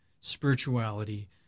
spirituality